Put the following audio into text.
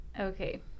Okay